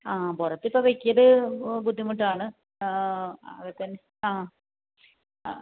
ആ പുറത്തിപ്പം വയ്ക്കൽ ബുദ്ധിമുട്ടാണ് അകത്തുതന്നെ ആ അ